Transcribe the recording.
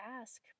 ask